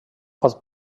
pot